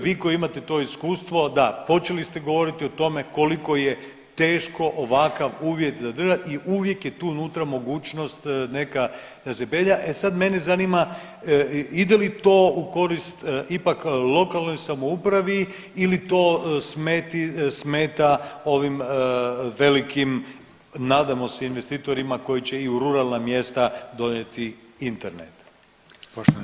Vi koji imate to iskustvo da počeli ste govoriti o tome koliko je teško ovakav uvjet zadržati i uvijek je tu unutra mogućnost neka ezebelja, e sad mene zanima ide li to u korist ipak lokalnoj samoupravi ili to smeta ovim velikim nadamo se investitorima koji će i u ruralna mjesta donijeti Internet.